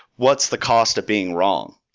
what's the cost of being wrong?